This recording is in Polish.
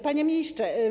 Panie Ministrze!